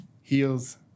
heals